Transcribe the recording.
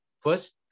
First